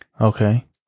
Okay